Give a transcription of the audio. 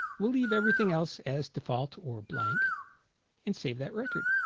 will leave everything else as default or blank and save that record